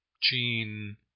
Gene